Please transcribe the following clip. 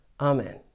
Amen